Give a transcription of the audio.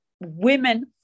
women